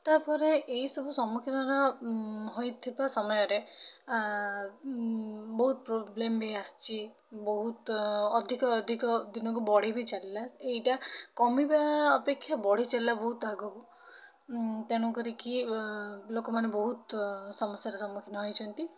ତା'ପରେ ଏଇସବୁ ସମ୍ମୁଖୀନର ହୋଇଥିବା ସମୟରେ ବହୁତ୍ ପ୍ରୋବ୍ଲେମ୍ ବି ଆସିଛି ବହୁତ୍ ଅଧିକ ଅଧିକ ଦିନକୁ ବଢ଼ି ବି ଚାଲିଲା ଏଇଟା କମିବା ଅପେକ୍ଷା ବଢ଼ିଚାଲିଲା ବହୁତ୍ ଆଗକୁ ତେଣୁ କରିକି ଲୋକମାନେ ବହୁତ୍ ସମସ୍ୟାର ସମ୍ମୁଖୀନ ହୋଇଛନ୍ତି